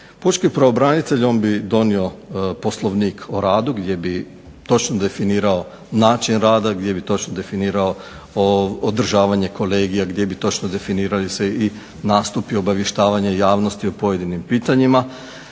Pučki pravobranitelj bi donio Poslovnik o radu gdje bi točno definirao način rada, gdje bi točno definirao održavanje kolegija, gdje bi točno definirali se i nastupi, obavještavanje javnosti o pojedinim pitanjima.